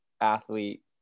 athlete